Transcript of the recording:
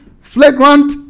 flagrant